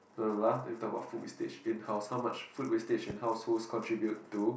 we will talk about food wastage in house how much food wastage in household contribute to